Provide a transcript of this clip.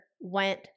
went